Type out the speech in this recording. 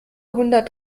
hundert